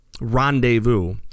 rendezvous